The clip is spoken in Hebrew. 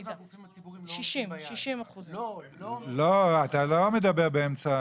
60%. אתה לא מדבר באמצע